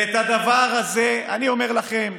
ואת הדבר הזה, אני אומר לכם,